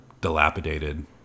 dilapidated